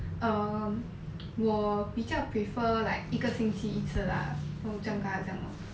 um 我比较 prefer like 一个星期一次 lah then 我就这样这样 lor